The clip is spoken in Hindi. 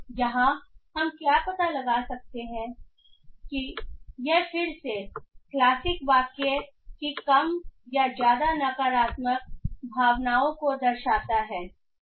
यहाँ हम क्या पता लगा सकते हैं यह फिर से क्लासिक वाक्य की कम या ज्यादा नकारात्मक भावनाओं को दर्शाता है